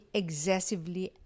excessively